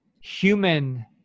human